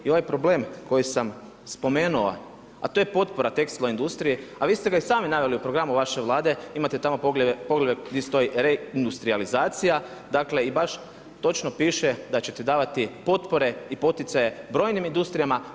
I ovaj problem koji sam spomenuo a to je potpora tekstilnoj industriji, a vi ste ga i sami naveli u programu vaše Vlade imate tamo poglavlje gdje stoji reindustrijalizacija, dakle baš i točno piše da ćete davati potpore i poticaje brojnim industrijama.